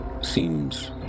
seems